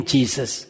Jesus